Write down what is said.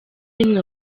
rimwe